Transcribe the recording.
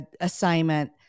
assignment